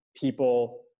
people